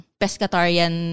pescatarian